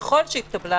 ככל שהתקבלה,